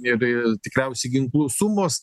ir tikriausiai ginklų sumos